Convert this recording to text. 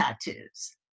tattoos